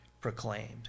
proclaimed